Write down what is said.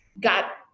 got